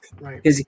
Right